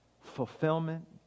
fulfillment